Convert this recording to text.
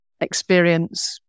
experience